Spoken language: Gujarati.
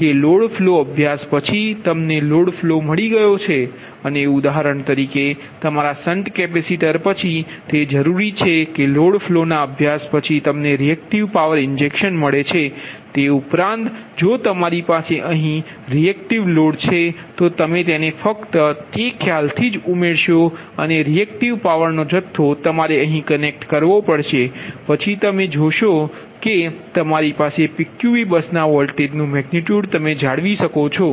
કે લોડ ફ્લો અભ્યાસ પછી તમને લોડ ફ્લો મળી ગયો છે અને ઉદાહરણ તરીકે તમારા શંટ કેપેસિટર પછી તે જરૂરી છે કે લોડ ફ્લોના અભ્યાસ પછી તમને રિએકટિવ પાવર ઇન્જેક્શન મળે છે તે ઉપરાંત જો તમારી પાસે અહીં કોઈ રિએકટિવ લોડ છે તો તમે તેને ફક્ત તે ખ્યાલથી જ ઉમેરશો અને રિએકટિવ પાવરનો જથ્થો તમારે અહીં કનેક્ટ કરવો પડશે પછી તમે જોઈ શકો છો કે તમે તમારી PQV બસના વોલ્ટેજનુ મેગનિટયુડ તમે જાળવી શકો છો